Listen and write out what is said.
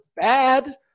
bad